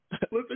listen